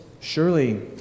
surely